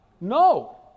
No